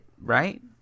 right